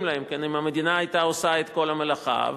להן ואם המדינה היתה עושה את כל המלאכה.